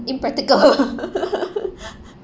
impractical